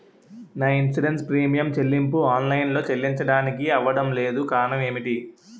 నా insurance premium చెల్లింపు online లో చెల్లించడానికి అవ్వడం లేదు కారణం ఏమిటి?